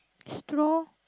straw